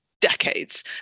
decades